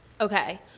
Okay